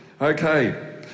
Okay